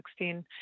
2016